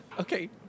Okay